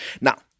Now